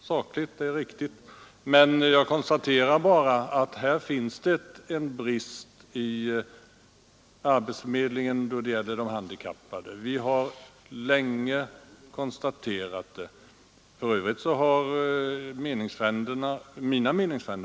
sakligt och riktigt. Men jag konstaterar att det här finns en brist i arbetsförmedlingsverksamheten.